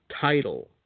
title